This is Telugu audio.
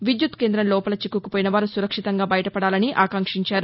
విద్యుత్ కేంద్రం లోపల చిక్కుకుపోయిన వారు సురక్షితంగా బయటపడాలని ఆకాంక్షించారు